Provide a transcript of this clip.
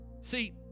See